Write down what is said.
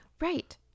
Right